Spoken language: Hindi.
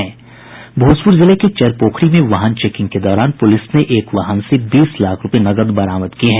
भोजपूर जिले के चरपोखरी में वाहन चेकिंग के दौरान पूलिस ने एक वाहन से बीस लाख रूपये नकद बरामद किये हैं